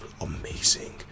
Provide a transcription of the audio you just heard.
amazing